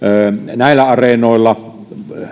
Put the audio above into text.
näillä areenoilla